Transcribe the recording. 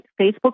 Facebook